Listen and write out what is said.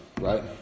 right